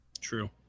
true